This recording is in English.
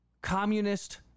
communist